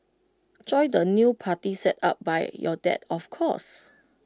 join the new party set up by your dad of course